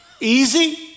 easy